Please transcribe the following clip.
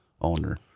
owner